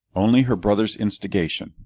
only her brother's instigation.